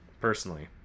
personally